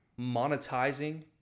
monetizing